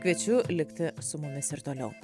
kviečiu likti su mumis ir toliau